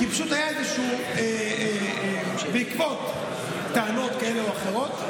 כי פשוט בעקבות טענות כאלה או אחרות,